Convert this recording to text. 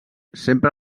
sempre